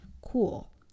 cool